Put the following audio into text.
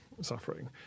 suffering